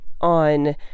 on